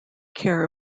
care